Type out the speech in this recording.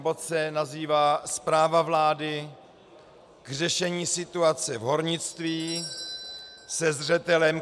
Bod se nazývá Zpráva vlády k řešení situace v hornictví se zřetelem